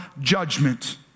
judgment